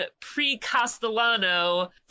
pre-Castellano